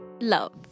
Love